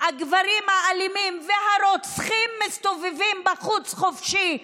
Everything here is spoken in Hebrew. הגברים האלימים והרוצחים מסתובבים בחוץ חופשי.